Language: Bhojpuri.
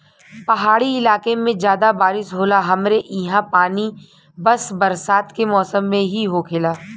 पहाड़ी इलाके में जादा बारिस होला हमरे ईहा पानी बस बरसात के मौसम में ही होखेला